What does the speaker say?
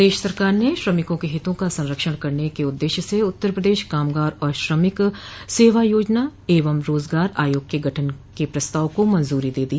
प्रदेश सरकार ने श्रमिकों के हितों का संरक्षण करने के उद्देश्य से उत्तर प्रदेश कामगार और श्रमिक सेवायोजन एवं रोजगार आयोग के गठन के प्रस्ताव को मंजूरी दे दी